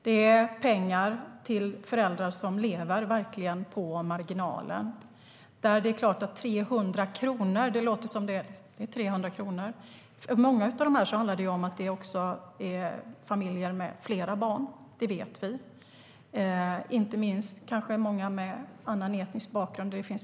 Det är pengar till föräldrar som verkligen lever på marginalen. 300 kronor är 300 kronor, men i många fall är det fråga om familjer med flera barn, inte minst familjer med annan etnisk bakgrund.